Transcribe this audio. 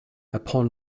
upon